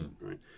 right